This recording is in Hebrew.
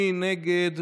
מי נגד?